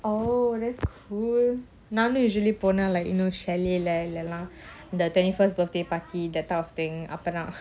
oh that's cool நானும்:nanum like you know chalet lah இந்த:indha the twenty first birthday party that type of thing அப்பத்தான்:apdithan